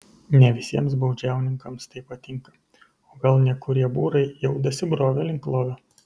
ne visiems baudžiauninkams tai patinka o gal nekurie būrai jau dasibrovė link lovio